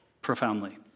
Profoundly